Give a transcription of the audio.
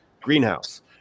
greenhouse